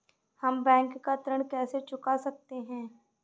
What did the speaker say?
हम बैंक का ऋण कैसे चुका सकते हैं?